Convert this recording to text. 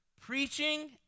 Preaching